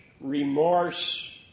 remorse